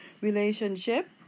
relationship